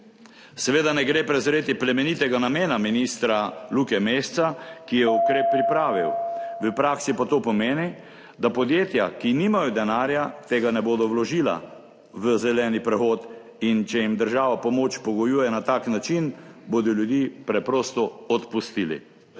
Seveda ne gre prezreti plemenitega namena ministra Luke Mesca, ki je ukrep pripravil. V praksi pa to pomeni, da podjetja, ki nimajo denarja, tega ne bodo vložila v zeleni prehod in če jim država pomoč pogojuje na tak način, bodo ljudi preprosto odpustili.